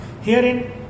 Herein